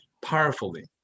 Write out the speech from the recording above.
powerfully